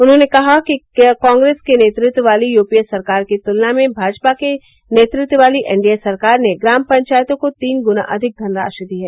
उन्होंने कहा कि कांग्रेस के नेतृत्व वाली यूपीए सरकार की तुलना में भाजपा के नेतृत्व वाली एनडीए सरकार ने ग्राम पंचायतों को तीन गुना अधिक धनराशि दी है